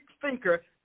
thinker